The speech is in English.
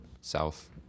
south